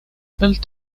built